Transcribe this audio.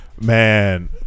man